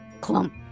clump